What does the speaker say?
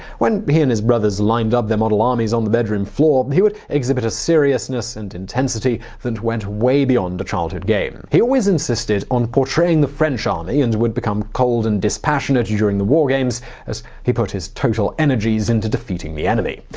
when he and his brothers lined up their model armies on the bedroom floor, he would exhibit a seriousness and intensity that went way beyond a childhood game. he always insisted on portraying the french army and would become cold and dispassionate during the war games as he put his total energies into defeating the enemy.